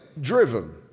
driven